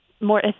more